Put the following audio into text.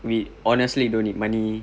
we honestly don't need money